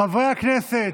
חברי הכנסת,